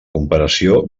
comparació